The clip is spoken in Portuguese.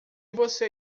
você